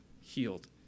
healed